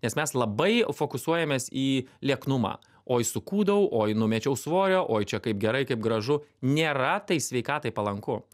nes mes labai fokusuojamės į lieknumą oi sukūdau oi numečiau svorio oi čia kaip gerai kaip gražu nėra tai sveikatai palanku